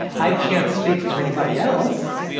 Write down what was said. i can't speak for anybody else.